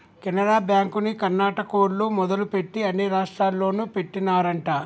కెనరా బ్యాంకుని కర్ణాటకోల్లు మొదలుపెట్టి అన్ని రాష్టాల్లోనూ పెట్టినారంట